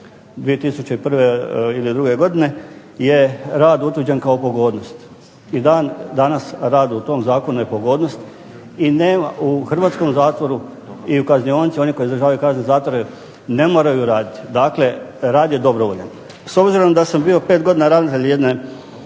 2001. ili 2002. godine, je rad utvrđen kao pogodnost. I dan danas rad u tom zakonu je pogodnost i u hrvatskom zatvoru i u kaznionici, oni koji izvršavaju kazne zatvora ne moraju raditi, dakle rad je dobrovoljan. S obzirom da sam bio 5 godina ravnatelj jedne